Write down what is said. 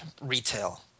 retail